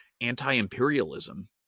anti-imperialism